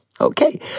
Okay